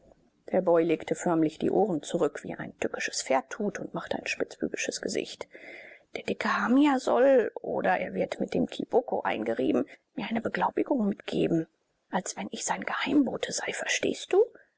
der boy legte förmlich die ohren zurück wie ein tückisches pferd tut und machte ein spitzbübisches gesicht der dicke hamia soll oder er wird mit dem kiboko eingerieben mir eine beglaubigung mitgeben als wenn ich sein geheimbote sei verstehst du